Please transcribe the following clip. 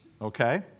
okay